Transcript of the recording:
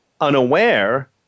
unaware